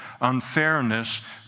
unfairness